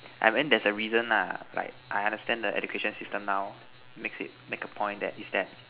I mean there's a reason lah like I understand the education system now makes it make a point that is that